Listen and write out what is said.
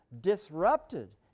disrupted